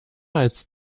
als